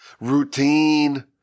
routine